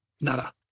Nada